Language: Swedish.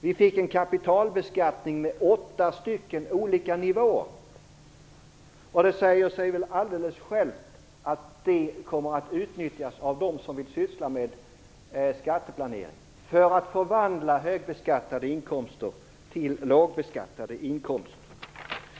Vi fick en kapitalbeskattning med åtta olika nivåer. Det säger sig väl självt att detta kommer att utnyttjas av dem som vill syssla med skatteplanering för att förvandla högbeskattade inkomster till lågbeskattade inkomster.